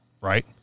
right